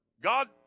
God